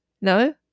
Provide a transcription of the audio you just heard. no